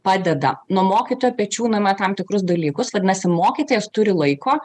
padeda nuo mokytojo pečių nuima tam tikrus dalykus vadinasi mokytojas turi laiko